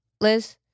Liz